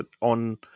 on